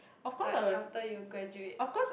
like after you graduate